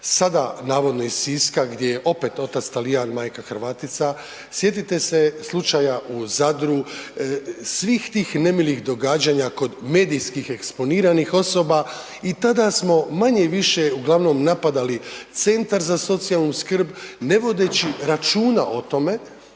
sada navodno iz Siska gdje je opet otac Talijan, majka Hrvatica, sjetite se slučaja u Zadru, svih tih nemilih događanja kod medijskih eksponiranih osoba i tada smo manje-više uglavnom napadali Centar za socijalnu skrb ne vodeći računa o tome,